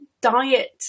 diet